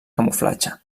camuflatge